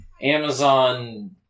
Amazon